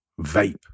vape